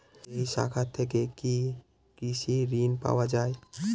এই শাখা থেকে কি কৃষি ঋণ পাওয়া যায়?